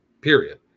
period